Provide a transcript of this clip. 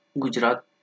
Gujarat